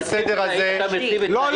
אתה מציב תנאים --- ג'אבר,